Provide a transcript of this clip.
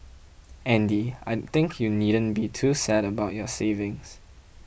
Andy I think you needn't be too sad about your savings